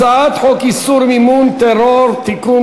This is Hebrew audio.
הצעת חוק איסור מימון טרור (תיקון,